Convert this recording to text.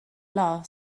last